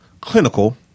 Clinical